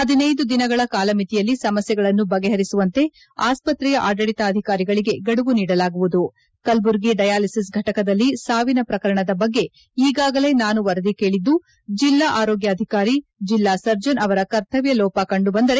ಪದಿನೈದು ದಿನಗಳ ಕಾಲಮಿತಿಯಲ್ಲಿ ಸಮಸ್ತೆಗಳನ್ನು ಬಗೆಪರಿಸುವಂತೆ ಆಸ್ತ್ರೆಯ ಆಡಳಿತಾಧಿಕಾರಿಗಳಿಗೆ ಗಡುವು ನೀಡಲಾಗುವುದು ಕಲ್ಬುರ್ಗಿ ಡಯಾಲಿಸಿಸ್ ಫ್ಟಕದಲ್ಲಿ ಸಾವಿನ ಪ್ರಕರಣದ ಬಗ್ಗೆ ಈಗಾಗಲೇ ನಾನು ವರದಿ ಕೇಳಿದ್ದು ಜಿಲ್ಲಾ ಆರೋಗ್ಯಾಧಿಕಾರಿ ಜಿಲ್ಲಾ ಸರ್ಜನ್ ಅವರ ಕರ್ತವ್ಯ ಲೋಪ ಕಂಡು ಬಂದರೆ